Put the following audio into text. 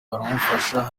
baramufasha